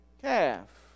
calf